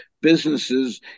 businesses